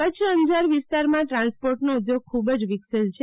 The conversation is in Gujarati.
કચ્છ અંજાર વિસ્તારમાં ટ્રાન્સપોર્ટનો ઉધોગ ખૂબજ વિકસેલ છે